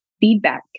feedback